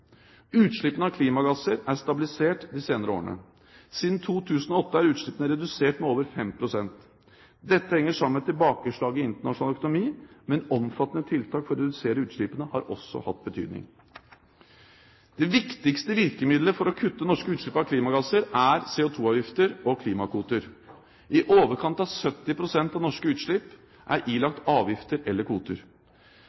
Utslippene av klimagasser er stabilisert de senere årene. Siden 2008 er utslippene redusert med over 5 pst. Dette henger sammen med tilbakeslaget i internasjonal økonomi, men omfattende tiltak for å redusere utslippene har også hatt betydning. Det viktigste virkemiddelet for å kutte norske utslipp av klimagasser er CO2-avgifter og klimakvoter. I overkant av 70 pst. av norske utslipp er